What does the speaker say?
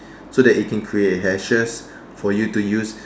so that it can create hashes for you to use